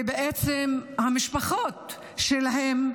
ובעצם המשפחות שלהם,